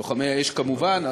לוחמי האש כמובן.